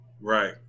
Right